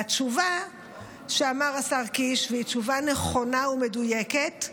והתשובה שאמר השר קיש, והיא תשובה נכונה ומדויקת,